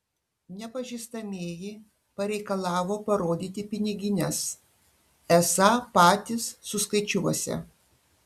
nepažįstamieji pareikalavo parodyti pinigines esą patys suskaičiuosią